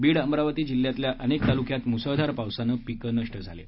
बीड अमरावती जिल्ह्यातील अनेक तालुक्यात मुसळधार पावसानं पिक नष्ट झाली आहेत